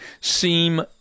seem